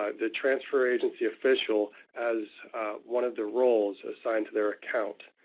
ah the transfer agency official as one of the roles assigned to their account.